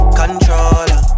controller